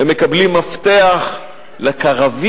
הם מקבלים מפתח לקרווילות,